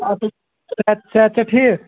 اچھا صحت صحت چھا ٹھیٖک